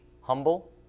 humble